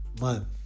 month